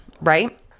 right